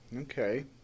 okay